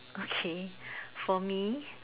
okay for me